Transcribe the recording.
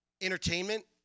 entertainment